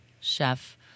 chef